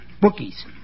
Bookies